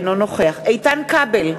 אינו נוכח איתן כבל,